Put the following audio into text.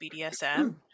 BDSM